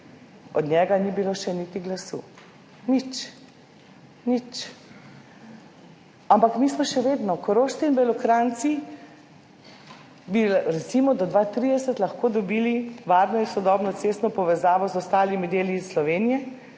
od njega ni bilo še niti glasu, nič. Ampak mi smo še vedno, Korošci in Belokranjci bi recimo do leta 2030 lahko dobili varno in sodobno cestno povezavo z ostalimi deli iz Slovenije,